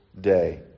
day